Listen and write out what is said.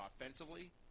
offensively